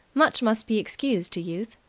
much must be excused to youth.